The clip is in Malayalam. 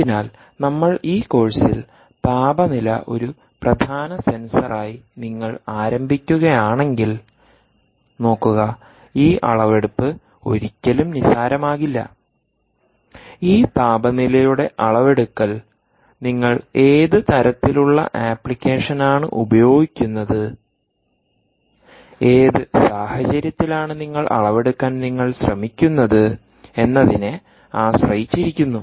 അതിനാൽ നമ്മൾ ഈ കോഴ്സിൽ താപനില ഒരു പ്രധാന സെൻസറായി നിങ്ങൾ ആരംഭിക്കുകയാണെങ്കിൽ നോക്കുകഈ അളവെടുപ്പ് ഒരിക്കലും നിസ്സാരമാകില്ല ഈ താപനിലയുടെ അളവെടുക്കൽ നിങ്ങൾ ഏത് തരത്തിലുള്ള അപ്ലിക്കേഷൻ ആണ് ഉപയോഗിക്കുന്നത് ഏത് സാഹചര്യത്തിലാണ് നിങ്ങൾ അളവെടുക്കാൻ നിങ്ങൾ ശ്രമിക്കുന്നത് എന്നതിനെ ആശ്രയിച്ചിരിക്കുന്നു